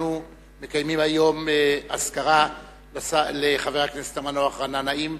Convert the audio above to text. שאנחנו מקיימים היום אזכרה לחבר הכנסת המנוח רענן נעים,